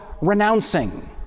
renouncing